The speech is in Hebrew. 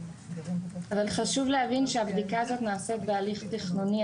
אבל חשוב להבין שהבדיקה הזאת נעשית בהליך תכנוני.